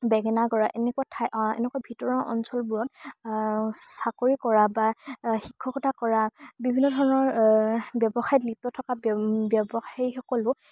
বেঙেনাগড়া এনেকুৱা ঠাই এনেকুৱা ভিতৰুৱা অঞ্চলবোৰত চাকৰি কৰা বা শিক্ষকতা কৰা বিভিন্ন ধৰণৰ ব্যৱসায়ত লিপ্ত থকা ব্যৱসায়ীসকলো